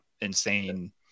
insane